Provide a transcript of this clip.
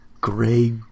Gray